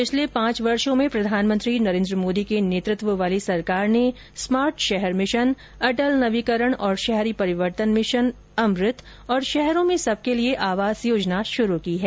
पिछले पांच वर्षो में प्रधानमंत्री नरेन्द्र मोदी के नेतृत्व वाली सरकार ने स्मार्ट शहर मिशन अटल नवीकरण और शहरी परिवर्तन मिशन अमृत और शहरों मे सबके लिए आवास योजना शुरू की है